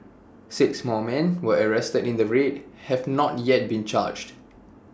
six more men were arrested in the raid have not yet been charged